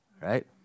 right